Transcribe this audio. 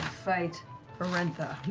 fight orentha,